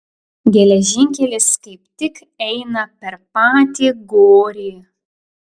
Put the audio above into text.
geležinkelis kaip tik eina per patį gorį